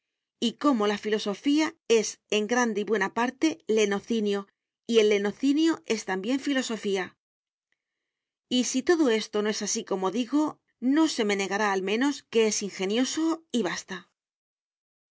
y cómo la filosofía es en grande y buena parte lenocinio y el lenocinio es también filosofía y si todo esto no es así como digo no se me negará al menos que es ingenioso y basta